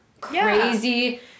crazy